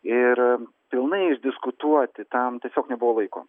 ir pilnai išdiskutuoti tam tiesiog nebuvo laiko